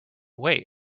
wait